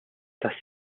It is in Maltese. tas